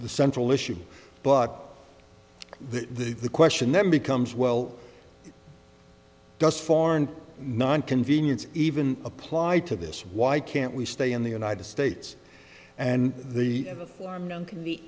the central issue but the question then becomes well does foreign non convenience even apply to this why can't we stay in the united states and the unknown can be